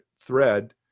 thread